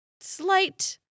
slight